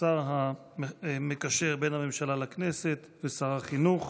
השר מקשר בין הממשלה לכנסת ושר החינוך,